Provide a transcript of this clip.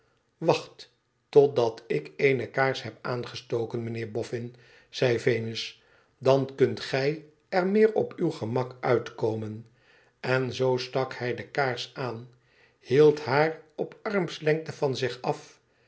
wacht totdat ik eene kaars heb aangestoken mijnheer boffin zei venus dan kunt gij er meer op uw gemak uit komen en zoo stak hij de kaars aan hield haar op armslengte van zich af